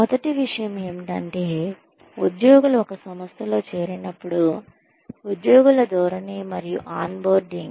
మొదటి విషయం ఏమిటంటే ఉద్యోగులు ఒక సంస్థలో చేరినప్పుడు ఉద్యోగుల ధోరణి మరియు ఆన్ బోర్డింగ్